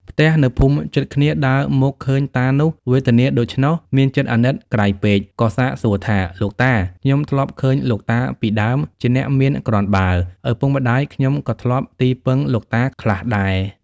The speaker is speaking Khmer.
ផ្ទះនៅភូមិជិតគ្នាដើរមកឃើញតានោះ វេទនាដូច្នោះ មានចិត្តអាណិតក្រៃពេកក៏សាកសួរថា “លោកតា! ខ្ញុំធ្លាប់ឃើញលោកតាពីដើម ជាអ្នកមានគ្រាន់បើឪពុកម្តាយខ្ញុំក៏ធ្លាប់ទីពឹងលោកតាខ្លះដែរ។